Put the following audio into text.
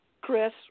Chris